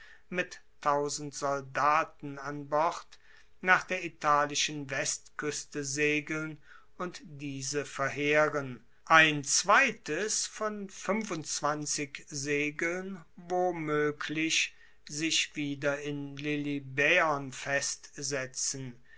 mit soldaten an bord nach der italischen westkueste segeln und diese verheeren ein zweites von segeln womoeglich sich wieder in lilybaeon festsetzen